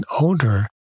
older